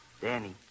Danny